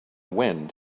wind